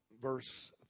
verse